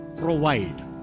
provide